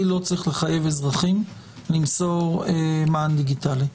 לא צריך לחייב אזרחים למסור מען דיגיטלי.